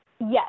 Yes